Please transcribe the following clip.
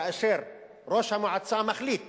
כאשר ראש המועצה מחליט